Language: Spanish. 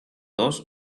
dos